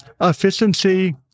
Efficiency